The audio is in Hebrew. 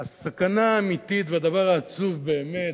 הסכנה האמיתית והדבר העצוב באמת,